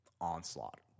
onslaught